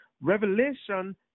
Revelation